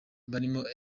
barimo